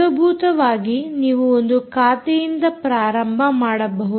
ಮೂಲಭೂತವಾಗಿ ನೀವು ಒಂದು ಖಾತೆಯಿಂದ ಪ್ರಾರಂಭ ಮಾಡಬಹುದು